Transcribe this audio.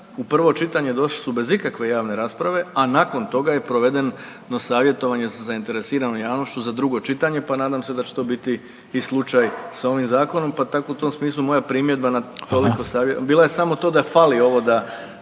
prvo čitanje došli su bez ikakve javne rasprave, a nakon toga je provedeno savjetovanje sa zainteresiranom javnošću za drugo čitanje, pa nadam se da će to biti i slučaj sa ovim zakonom. Pa tako u tom smislu moja primjedba bila je samo to da fali ovo da